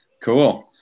Cool